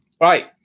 Right